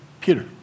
Peter